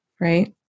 right